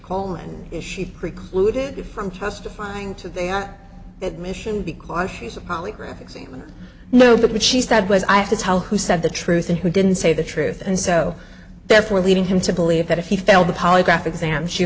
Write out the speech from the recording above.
coleman issue precluded from testifying today on that mission because she's a polygraph examiner know that what she said was i have to tell who said the truth and who didn't say the truth and so therefore leading him to believe that if he failed the polygraph exam she